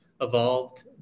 evolved